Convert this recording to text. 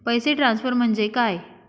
पैसे ट्रान्सफर म्हणजे काय?